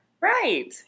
Right